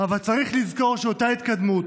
אבל צריך לזכור שאותה התקדמות,